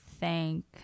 thank